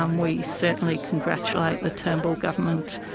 um we certainly congratulate the turnbull government,